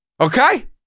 Okay